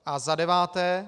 A za deváté.